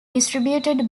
distributed